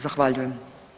Zahvaljujem.